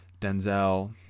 Denzel